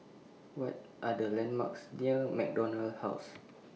What Are The landmarks near MacDonald House